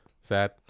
Sad